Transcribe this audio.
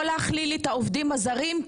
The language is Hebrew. לא להכליל את העובדים הזרים,